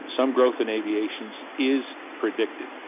some growth in aviation is predicted.